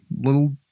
little